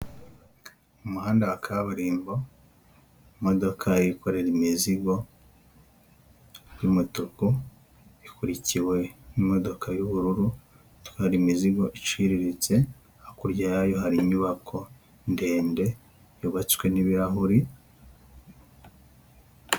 Umuhanda wa kaburimbo, imodoka y'ikorera imizigo y'umutuku, ikurikiwe n'imodoka y'ubururu itwara imizigo iciriritse, hakurya yayo hari inyubako ndende yubatswe n'ibirahure.